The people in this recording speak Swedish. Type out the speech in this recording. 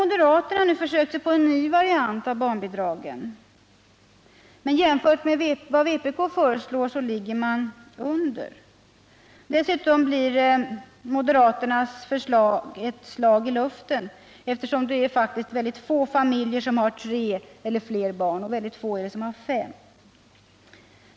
Moderaterna har försökt sig på en ny variant av barnbidragen, men jämfört med vad vpk föreslår ligger man under. Dessutom blir moderaternas förslag ett slag i luften, eftersom det faktiskt är mycket få familjer som har tre eller fyra barn och ännu färre som har fem.